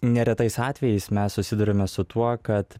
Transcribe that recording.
neretais atvejais mes susiduriame su tuo kad